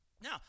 Now